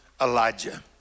Elijah